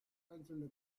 einzelne